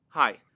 Hi